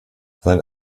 sein